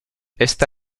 esta